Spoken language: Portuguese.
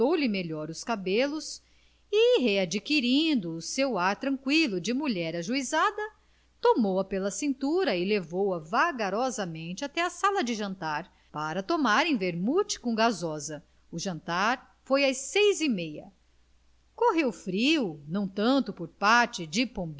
consertou lhe melhor os cabelos e readquirindo o seu ar tranqüilo de mulher ajuizada tomou-a pela cintura e levou-a vagarosamente até à sala de jantar para tomarem vermute com gasosa o jantar foi às seis e meia correu frio não tanto por parte